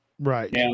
Right